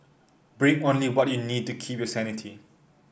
bring only what you need to keep your sanity